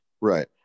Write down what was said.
Right